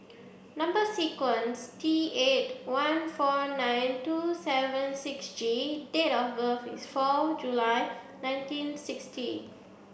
number sequence T eight one four nine two seven six G date of birth is four July nineteen sixty